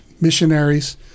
missionaries